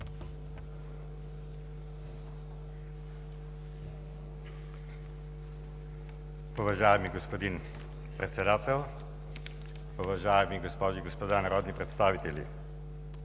Уважаеми господин Председател, уважаеми госпожи и господа народни представители!